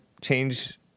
change